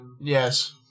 Yes